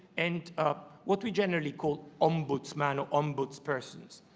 and what we generally call ombudsman, and ombudspersons.